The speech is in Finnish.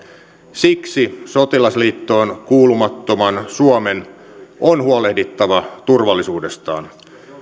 siksi sotilasliittoon kuulumattoman suomen on huolehdittava turvallisuudestaan